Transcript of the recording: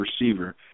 receiver